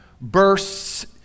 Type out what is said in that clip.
bursts